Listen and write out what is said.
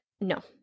No